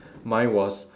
mine was